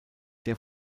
der